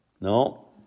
No